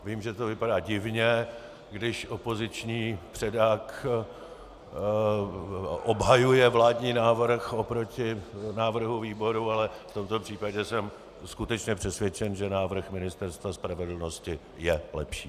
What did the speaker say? Vím, že to vypadá divně, když opoziční předák obhajuje vládní návrh oproti návrhu výboru, ale v tomto případě jsem skutečně přesvědčen, že návrh Ministerstva spravedlnosti je lepší.